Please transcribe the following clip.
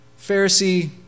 Pharisee